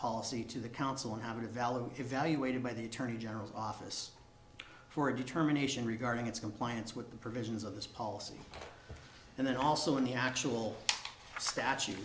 policy to the council and have a valid evaluated by the attorney general's office for a determination regarding its compliance with the provisions of this policy and then also in the actual statu